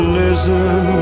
listen